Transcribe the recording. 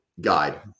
guide